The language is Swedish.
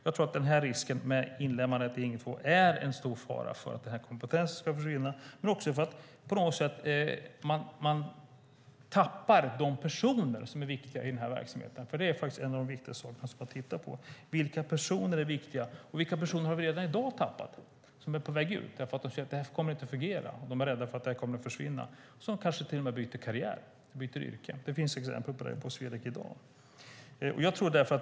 Jag tror att inlemmandet i Ing 2 medför en stor risk för att kompetensen försvinner och att man tappar de personer som är viktiga för verksamheten. Något av det viktigaste är att titta på vilka personer som är betydelsefulla och vilka som redan i dag är på väg ut för att de ser att det inte kommer att fungera och för att de rädda för att det kommer att försvinna och därför kanske till och med byter yrke och karriär. Det finns redan exempel på det på Swedec.